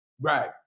Right